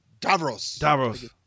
davros